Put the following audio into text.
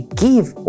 give